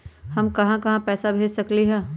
हम कहां कहां पैसा भेज सकली ह?